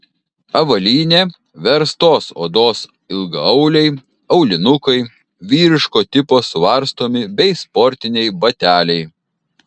avalynė verstos odos ilgaauliai aulinukai vyriško tipo suvarstomi bei sportiniai bateliai